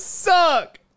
suck